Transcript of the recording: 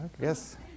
Yes